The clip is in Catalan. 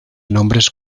nombres